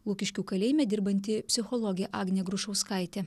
lukiškių kalėjime dirbanti psichologė agnė grušauskaitė